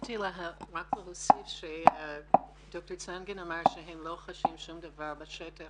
רציתי רק להוסיף שדוקטור צנגן אמר שהם לא חשים שום דבר בשטח